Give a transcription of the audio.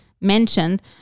mentioned